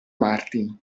martin